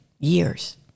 years